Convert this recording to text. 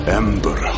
ember